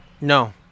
No